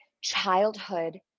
childhood